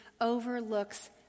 overlooks